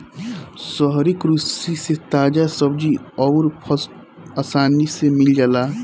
शहरी कृषि से ताजा सब्जी अउर फल आसानी से मिल जाला